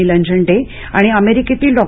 निलंजन डे आणि अमेरिकेतील डॉ